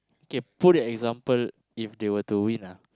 okay put the example if they were to win ah